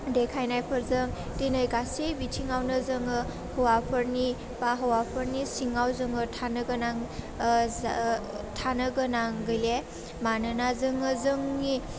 देखानायफोरजों दिनै गासै बिथिङावनो जोङो हौवाफोरनि बा हौवाफोरनि सिङाव जोङो थानो गोनां थानो गोनां गैले मानोना जोङो जोंनि